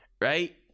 right